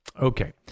Okay